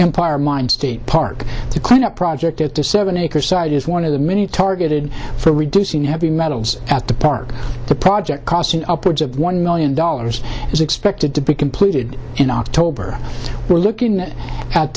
empire mindstate park to clean up project at the seven acre site is one of the many targeted for reducing heavy metals at the park the project costing upwards of one million dollars is expected to be completed in october we are looking at